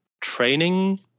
training